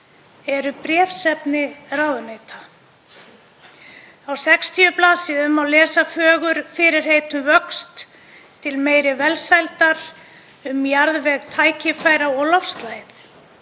er bréfsefni ráðuneyta. Á 60 blaðsíðum má lesa fögur fyrirheit um vöxt til meiri velsældar, um jarðveg tækifæra og loftslagið.